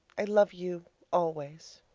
i love you always,